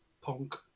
punk